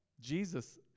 Jesus